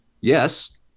yes